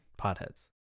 Potheads